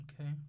Okay